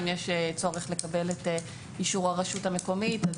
ואם יש צורך לקבל את אישור הרשות המקומית,